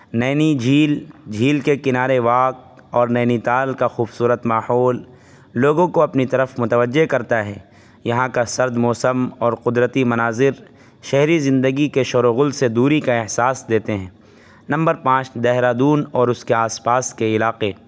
نینی جھیل جھیل کے کنارے واک اور نینیتال کا خوبصورت ماحول لوگوں کو اپنی طرف متوجہ کرتا ہے یہاں کا سرد موسم اور قدرتی مناظر شہری زندگی کے شور و غل سے دوری کا احساس دیتے ہیں نمبر پانچ دہرادون اور اس کے آس پاس کے علاقے